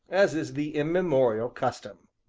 as is the immemorial custom.